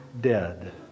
dead